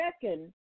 second